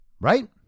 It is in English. Right